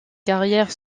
carrières